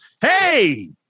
hey